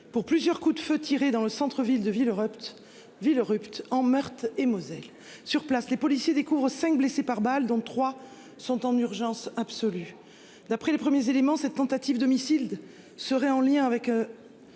Pour plusieurs coups de feu tirés dans le centre-ville de Villerupt Villerupt en Meurthe et Moselle. Sur place, les policiers découvrent 5 blessés par balles, dont trois sont en urgence absolue. D'après les premiers éléments cette tentative d'homicide serait en lien avec.